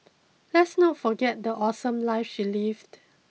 let's not forget the awesome life she lived